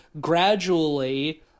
gradually